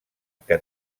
que